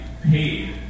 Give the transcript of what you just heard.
Paid